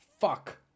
Fuck